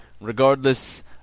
regardless